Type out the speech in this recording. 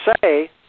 say